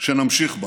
שנמשיך בה.